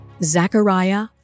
Zechariah